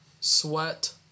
sweat